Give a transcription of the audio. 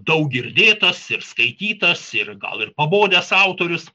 daug girdėtas ir skaitytas ir gal ir pabodęs autorius